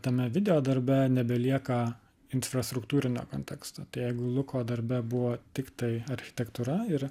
tame video darbe nebelieka infrastruktūrinio konteksto tai jeigu luko darbe buvo tiktai architektūra ir